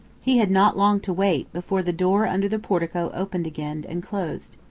he had not long to wait before the door under the portico opened again and closed.